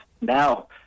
Now